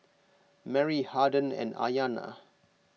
Merry Harden and Ayana